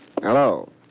Hello